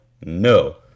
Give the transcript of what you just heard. No